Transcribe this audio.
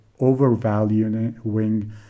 overvaluing